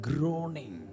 Groaning